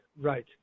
right